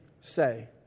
say